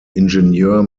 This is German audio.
ingenieur